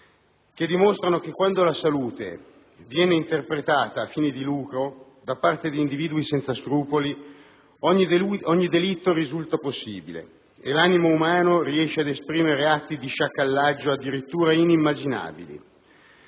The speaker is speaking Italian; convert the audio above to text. che dimostrano che quando la salute viene interpretata a fini di lucro da parte di individui senza scrupoli, ogni delitto risulta possibile e l'animo umano riesce ad esprimere atti di sciacallaggio addirittura inimmaginabili.